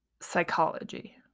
psychology